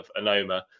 anoma